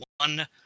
one